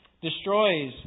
destroys